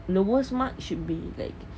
lowest mark should be like